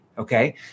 Okay